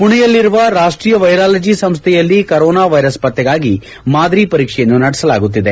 ಪುಣೆಯಲ್ಲಿರುವ ರಾಷ್ಷೀಯ ವೈರಾಲಜ ಸಂಸ್ಥೆಯಲ್ಲಿ corona virus ಪತ್ತೆಗಾಗಿ ಮಾದರಿ ಪರೀಕ್ಷೆಯನ್ನು ನಡೆಸಲಾಗುತ್ತಿದೆ